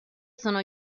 sono